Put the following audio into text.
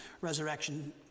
resurrection